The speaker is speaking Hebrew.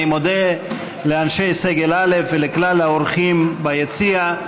אני מודה לאנשי סגל א' ולכלל האורחים ביציע.